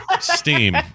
Steam